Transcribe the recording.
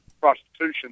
prostitution